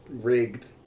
rigged